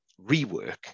rework